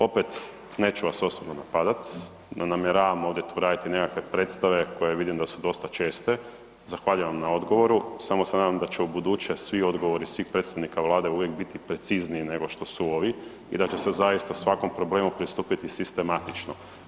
Opet, neću vas osobno napadat, ne namjeravam tu raditi nekakve predstave koje vidim da su dosta česte, zahvaljujem vam na odgovoru, samo se nadam da će ubuduće svi odgovori, svih predstavnika Vlade uvijek biti precizniji nego što su ovi i da će se zaista svakom problemu pristupiti sistematično.